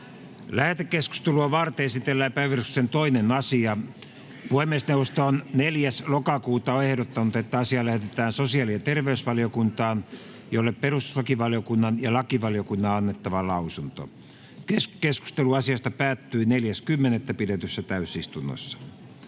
Lähetekeskustelua varten esitellään päiväjärjestyksen 2. asia. Puhemiesneuvosto on 4.10.2022 ehdottanut, että asia lähetetään sosiaali- ja terveysvaliokuntaan, jolle perustuslakivaliokunnan ja lakivaliokunnan on annettava lausunto. Keskustelu asiasta päättyi 4.10.2022 pidetyssä täysistunnossa.